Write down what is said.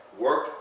work